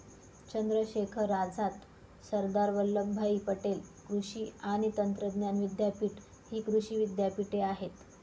चंद्रशेखर आझाद, सरदार वल्लभभाई पटेल कृषी आणि तंत्रज्ञान विद्यापीठ हि कृषी विद्यापीठे आहेत